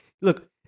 Look